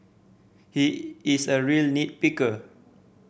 he is a real nit picker